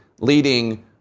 leading